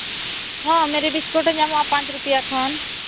ᱦᱮᱸ Marie biscuit ᱦᱚᱸ ᱧᱟᱢᱚᱜᱼᱟ ᱯᱟᱸᱪ ᱨᱩᱯᱤᱭᱟ ᱠᱷᱚᱱ